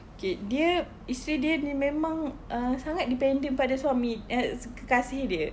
okay dia isteri dia dia memang err sangat dependent pada suami uh kekasih dia